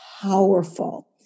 powerful